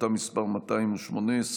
שאילתה מס' 218,